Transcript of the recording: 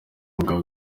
mugabo